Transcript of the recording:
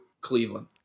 Cleveland